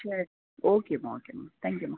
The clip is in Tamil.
சரி ஓகேம்மா ஓகேம்மா தேங்க்யூம்மா